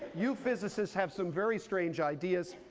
you physicists have some very strange ideas.